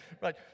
Right